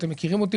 אתם מכירים אותי,